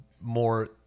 more